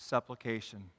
Supplication